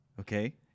Okay